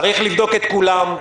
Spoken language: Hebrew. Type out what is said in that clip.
צריך לבדוק את כולם,